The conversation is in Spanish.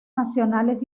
nacionales